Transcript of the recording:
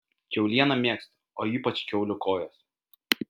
kiaulieną mėgstu o ypač kiaulių kojas